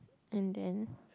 and then